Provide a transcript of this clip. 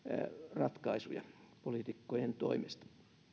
ratkaisuja poliitikkojen toimesta